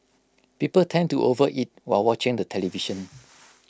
people tend to overeat while watching the television